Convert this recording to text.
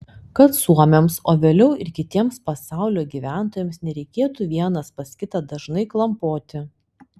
kad suomiams o vėliau ir kitiems pasaulio gyventojams nereikėtų vienas pas kitą dažnai klampoti